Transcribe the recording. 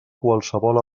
qualsevol